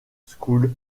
school